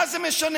מה זה משנה?